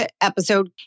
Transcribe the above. episode